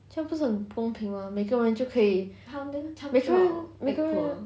不是很不公平吗每个人就可以每个人每个人